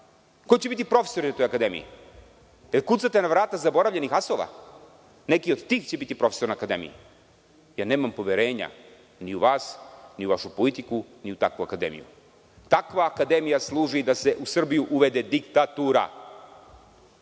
ko će biti profesori na toj akademiji, da li kucate na vrata zaboravljenih asova. Neki od tih će biti profesori na akademiji? Ja nemam poverenja ni u vas ni u vašu politiku, ni u takvu akademiju. Takva akademija služi da se u Srbiji uvede diktatura,